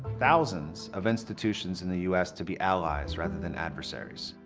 thousands of institutions in the us to be allies rather than adversaries.